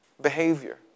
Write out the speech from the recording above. behavior